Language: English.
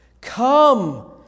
Come